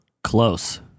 Close